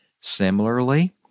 Similarly